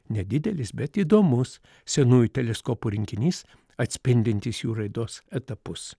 nedidelis bet įdomus senųjų teleskopų rinkinys atspindintis jų raidos etapus